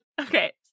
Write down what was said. Okay